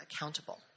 accountable